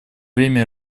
время